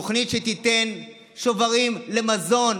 תוכנית שתיתן שוברים למזון,